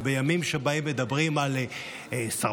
בימים שבהם מדברים על סרבנות,